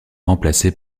remplacée